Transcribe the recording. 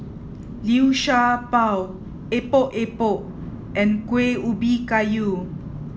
liu sha bao Epok Epok and Kueh Ubi Kayu